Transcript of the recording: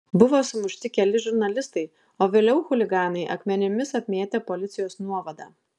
buvo sumušti keli žurnalistai o vėliau chuliganai akmenimis apmėtė policijos nuovadą